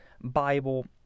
Bible